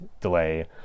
delay